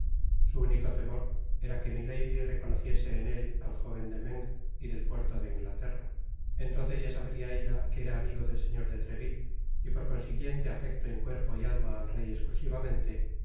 su único temor era que miady reconociese en él al jóven de meung y del puerto de inglaterra entonces ya sabria ella que era amigo del señor de treville y por consiguiente afecto en cuerpo y alma al rey esclusivamente